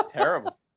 terrible